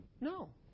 No